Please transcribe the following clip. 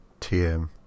TM